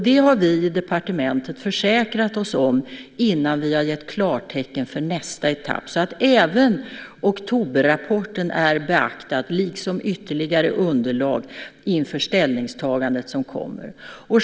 Det har vi i departementet försäkrat oss om innan vi har gett klartecken för nästa etapp. Även oktoberrapporten är beaktad, liksom ytterligare underlag, inför det ställningstagande som kommer.